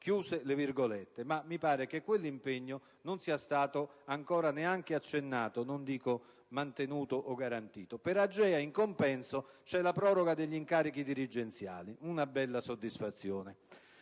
essere assunto». Ma mi pare che quell'impegno non sia stato ancora neanche accennato, e non dico mantenuto o garantito. Per AGEA, in compenso, c'è la proroga degli incarichi dirigenziali, una bella soddisfazione.